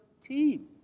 team